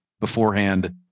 beforehand